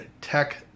Tech